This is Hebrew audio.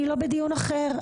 אני לא בדיון אחר.